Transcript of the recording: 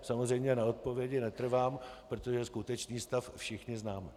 Samozřejmě na odpovědi netrvám, protože skutečný stav všichni známe.